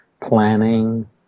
planning